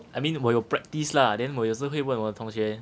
I mean 我有 practice lah then 我有时会问我同学